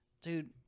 dude